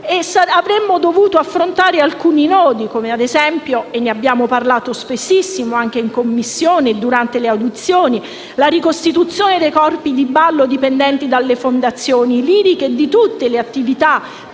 avremmo dovuto affrontare alcuni nodi, come ad esempio (ne abbiamo parlato spessissimo in Commissione durante le audizioni) quello della ricostituzione dei corpi di ballo dipendenti dalle fondazioni liriche e di tutte le attività tipiche